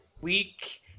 Week